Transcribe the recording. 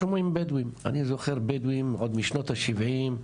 אני זוכר את הבדואים עוד משנות ה-70: